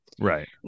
right